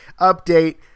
update